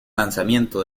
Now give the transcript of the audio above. lanzamiento